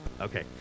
okay